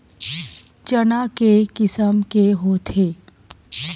चना के किसम के होथे?